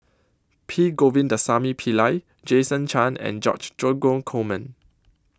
P Govindasamy Pillai Jason Chan and George Dromgold Coleman